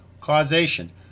Causation